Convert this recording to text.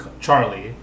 Charlie